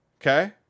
okay